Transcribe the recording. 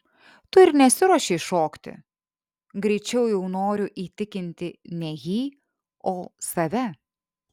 tu ir nesiruošei šokti greičiau jau noriu įtikinti ne jį o save